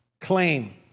claim